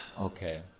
Okay